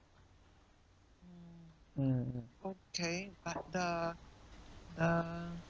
mm